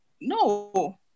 no